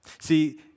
See